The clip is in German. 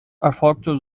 erfolgte